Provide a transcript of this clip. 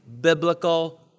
biblical